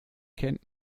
kennt